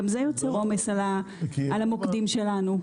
גם זה יוצר עומס על המוקדים שלנו.